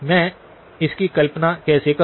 मैं इसकी कल्पना कैसे करूं